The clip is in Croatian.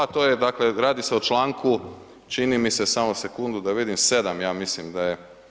To je dakle, radi se o članku čini mi se, samo sekundu da vidim, 7. ja mislim da je.